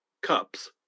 cups